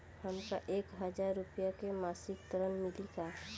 हमका एक हज़ार रूपया के मासिक ऋण मिली का?